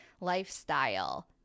lifestyle